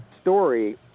story